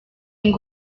ngo